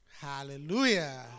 Hallelujah